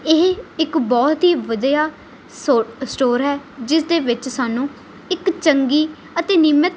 ਇਹ ਇੱਕ ਬਹੁਤ ਹੀ ਵਧੀਆ ਸੋ ਸਟੋਰ ਹੈ ਜਿਸ ਦੇ ਵਿੱਚ ਸਾਨੂੰ ਇੱਕ ਚੰਗੀ ਅਤੇ ਨਿਯਮਿਤ